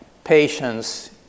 patients